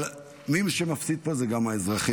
אבל מי שמפסיד פה זה גם האזרחים,